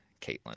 Caitlin